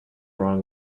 wrong